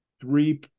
three